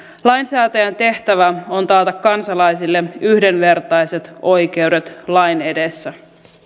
lainsäätäjän tehtävä on taata kansalaisille yhdenvertaiset oikeudet lain edessä